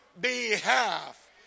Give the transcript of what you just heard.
behalf